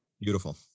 Beautiful